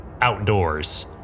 outdoors